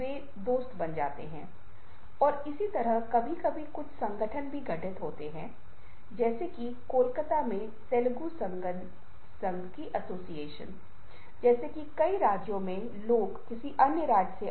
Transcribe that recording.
पहले एक को जॉर्ज हर्बर्ट द्वारा ईस्टर विंग्स के रूप में जाना जाता है एक 16 वीं शताब्दी की कविता जो फिर से छवि के तत्व से संबंधित है